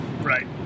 Right